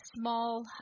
small